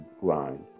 grind